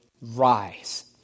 rise